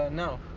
ah no.